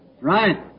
Right